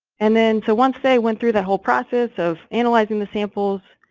and then so once they went through that whole process of analyzing the samples,